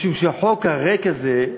משום שהחוק הריק הזה,